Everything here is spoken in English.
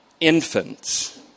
infants